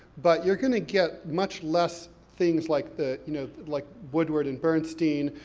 but you're going to get much less things like the, you know, like woodward and bernstein,